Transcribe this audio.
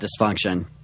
dysfunction